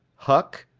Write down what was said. huck,